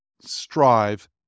strive